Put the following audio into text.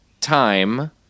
time